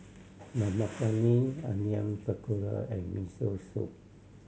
Dal Makhani Onion Pakora and Miso Soup